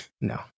No